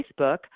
Facebook